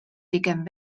pigem